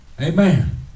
Amen